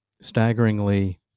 staggeringly